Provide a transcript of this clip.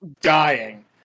dying